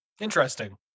interesting